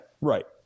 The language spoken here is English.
right